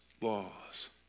laws